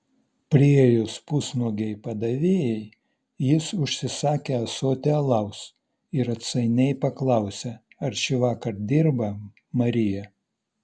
priėjus pusnuogei padavėjai jis užsisakė ąsotį alaus ir atsainiai paklausė ar šįvakar dirba marija